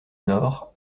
nord